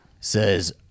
says